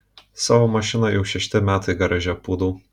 savo mašiną jau šešti metai garaže pūdau